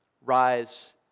rise